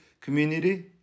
community